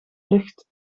lucht